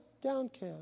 downcast